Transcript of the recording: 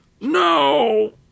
No